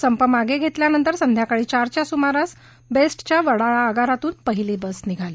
संप मागे घेतल्यानंतर संध्याकाळी चारच्या सुमारास बेस्टच्या वडाळा आगारातून पहिली बस निघाली